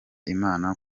imana